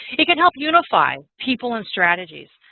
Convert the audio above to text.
it can help unify people and strategies.